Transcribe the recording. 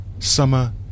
Summer